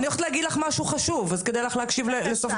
אני אגיד שאנחנו נמצאים בתהליך מאוד מתקדם שבו